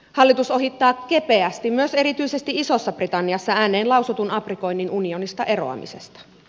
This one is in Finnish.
hallitus ohittaa kepeästi myös erityisesti isossa britanniassa ääneen lausutun aprikoinnin unionista eroamisesta